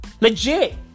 Legit